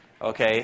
okay